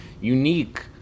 unique